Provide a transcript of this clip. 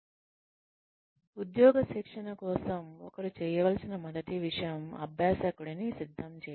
on the job training కోసం ఒకరు చేయవలసిన మొదటి విషయం అభ్యాసకుడిని సిద్ధం చేయడం